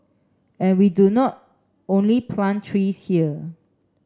and we do not only plant trees here